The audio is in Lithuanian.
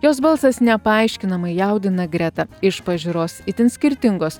jos balsas nepaaiškinamai jaudina gretą iš pažiūros itin skirtingos